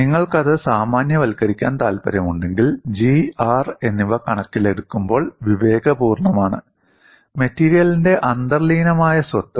നിങ്ങൾക്കത് സാമാന്യവൽക്കരിക്കാൻ താൽപ്പര്യമുണ്ടെങ്കിൽ G R എന്നിവ കണക്കിലെടുക്കുമ്പോൾ വിവേകപൂർണ്ണമാണ് മെറ്റീരിയലിന്റെ അന്തർലീനമായ സ്വത്ത്